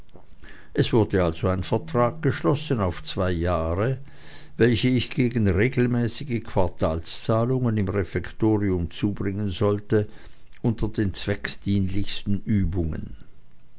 es wurde also ein vertrag geschlossen auf zwei jahre welche ich gegen regelmäßige quartalzahlungen im refektorium zubringen sollte unter den zweckdienlichsten übungen